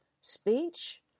speech